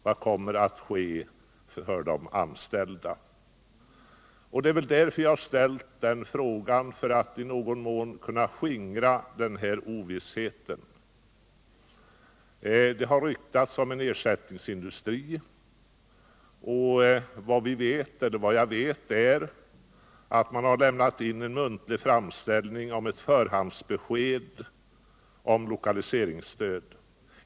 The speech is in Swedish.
Vad kommer att ske med de anställda” Det är för att i någon mån kunna skingra ovissheten som jag har ställt denna fråga. Det har ryktats om en ersättningsindustri. Vad jag vet är att man har lokaliseringsstöd.